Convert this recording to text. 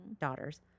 daughters